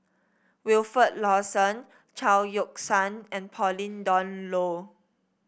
Wilfed Lawson Chao Yoke San and Pauline Dawn Loh